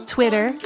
Twitter